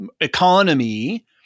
economy